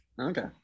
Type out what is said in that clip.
Okay